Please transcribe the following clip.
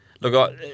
look